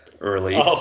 early